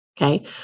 okay